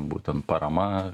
būtent parama